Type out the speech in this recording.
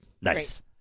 Nice